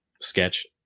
Sketch